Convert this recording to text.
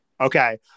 Okay